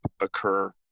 occur